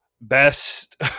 best